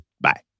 bye